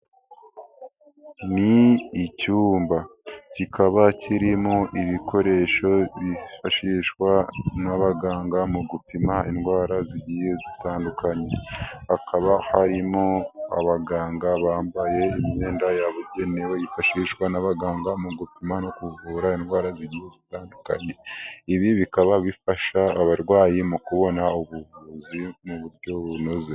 Ni icyumba kikaba kirimo ibikoresho byifashishwa n'abaganga mu gupima indwara zigiye zitandukanye. Hakaba harimo abaganga bambaye imyenda yabugenewe yifashishwa n'abaganga mu gupima no kuvura indwara zitandukanye. Ibi bikaba bifasha abarwayi mu kubona ubuvuzi mu buryo bunoze.